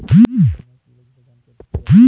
फसल में कीड़ों की पहचान कैसे की जाती है?